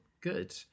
Good